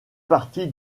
partie